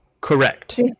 correct